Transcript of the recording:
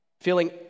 feeling